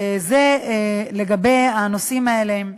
זה לגבי הנושאים האלה.